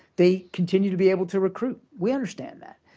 they continue to be able to recruit we understand that.